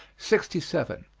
sixty seven.